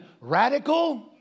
radical